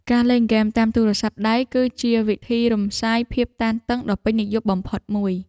ការលេងហ្គេមតាមទូរស័ព្ទដៃ គឺជាវិធីរំសាយភាពតានតឹងដ៏ពេញនិយមបំផុតមួយ។